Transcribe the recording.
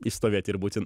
išstovėti ir būti